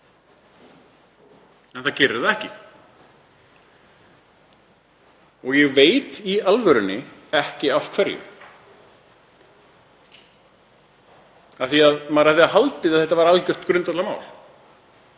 En hann gerir það ekki. Ég veit í alvörunni ekki af hverju. Maður hefði haldið að þetta væri algjört grundvallarmál.